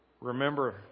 remember